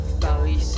Paris